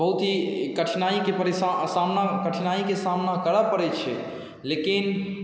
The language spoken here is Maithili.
बहुत ही कठिनाईके परेशानीके सामना कठिनाईके सामना करऽ परै छै लेकिन